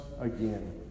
again